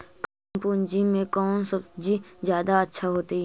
कम पूंजी में कौन सब्ज़ी जादा अच्छा होतई?